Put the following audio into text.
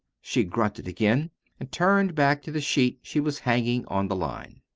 she grunted again and turned back to the sheet she was hanging on the line.